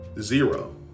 zero